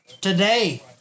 today